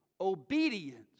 obedience